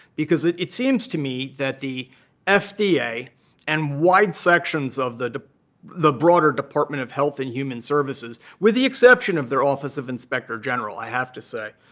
because it it seems to me that the fda and wide sections of the the broader department of health and human services, with the exception of their office of inspector general, i have to say,